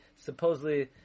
supposedly